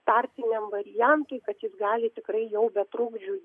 tarpiniam variantui kad jis gali tikrai jau be trukdžių